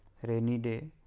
rainy day,